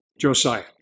Josiah